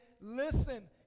listen